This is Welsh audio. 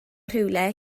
rhywle